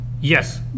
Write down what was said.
yes